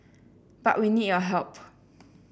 but we need your help